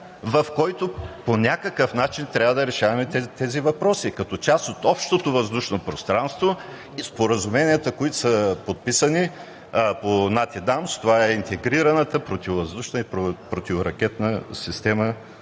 в който по някакъв начин трябва да решаваме тези въпроси, като част от общото въздушно пространство споразуменията, които са подписани по NATINAMDS – интегрираната противовъздушна и противоракетна система